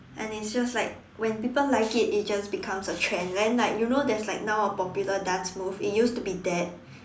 and it's just like when people like it it just becomes a trend then like you know there's like now a popular dance move it used to be dab